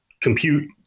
compute